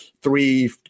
three